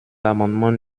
l’amendement